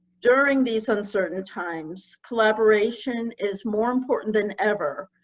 during these uncertain times, collaboration is more important than ever,